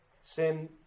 sin